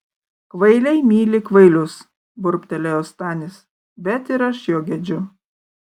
kvailiai myli kvailius burbtelėjo stanis bet ir aš jo gedžiu